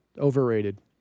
overrated